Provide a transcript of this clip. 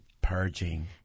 purging